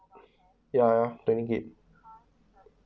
ya plan ahead